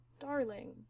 Darling